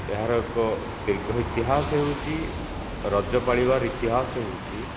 ଏହାର ଏକ ଦୀର୍ଘ ଇତିହାସ ହେଉଛି ରଜ ପାଳିବାର ଇତିହାସ ହେଉଛି